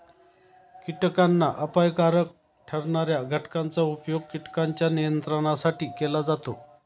कीटकांना अपायकारक ठरणार्या घटकांचा उपयोग कीटकांच्या नियंत्रणासाठी केला जातो